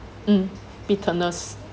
mm bitterness